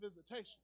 visitation